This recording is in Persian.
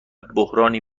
بحرانی